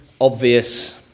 obvious